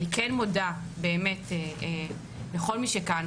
אני מודה לכל מי שכאן.